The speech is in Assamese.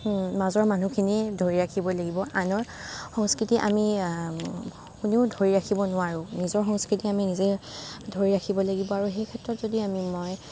মাজৰ মানুহখিনিয়ে ধৰি ৰাখিবই লাগিব আনৰ সংস্কৃতি আমি কোনেও ধৰি ৰাখিব নোৱাৰোঁ নিজৰ সংস্কৃতি আমি নিজে ধৰি ৰাখিব লাগিব আৰু সেইক্ষেত্ৰত যদি আমি মই